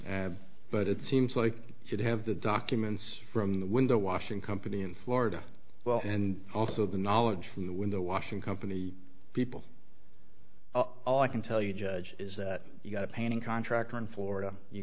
but it seems like you'd have the documents from the window washing company in florida well and also the knowledge from the window washing company people all i can tell you judge is that you got a painting contractor in florida you